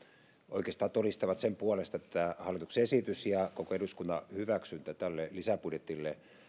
oikeastaan todistavat sen puolesta että hallituksen esitys ja koko eduskunnan hyväksyntä tälle lisäbudjetille